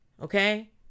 okay